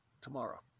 tomorrow